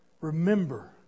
Remember